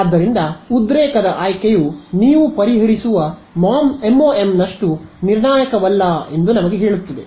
ಆದ್ದರಿಂದ ಉದ್ರೇಕದ ಆಯ್ಕೆಯು ನೀವು ಪರಿಹರಿಸುವ MoM ನಷ್ಟು ನಿರ್ಣಾಯಕವಲ್ಲ ಎಂದು ಇದು ನಮಗೆ ಹೇಳುತ್ತದೆ